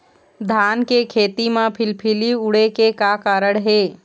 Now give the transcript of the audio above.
धान के खेती म फिलफिली उड़े के का कारण हे?